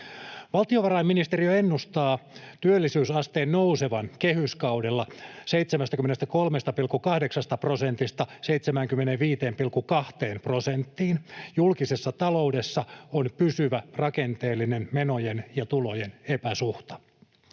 Valtiovarainministeriö ennustaa työllisyysasteen nousevan kehyskaudella 73,8 prosentista 75,2 prosenttiin. Julkisessa taloudessa on pysyvä rakenteellinen menojen ja tulojen epäsuhta.